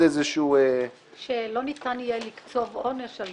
איזשהו --- שלא ניתן יהיה לקצוב עונש על